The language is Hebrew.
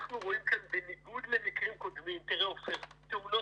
אנחנו רואים כאן, בניגוד למקרים קודמים, טיוח.